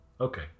okay